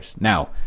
Now